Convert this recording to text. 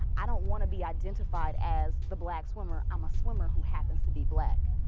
i don't want to be identified as the black swimmer. i'm a swimmer who happens to be black.